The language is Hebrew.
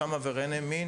אותם עברייני מין,